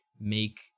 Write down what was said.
make